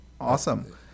Awesome